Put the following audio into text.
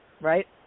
right